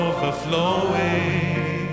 Overflowing